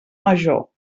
major